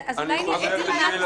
נכון.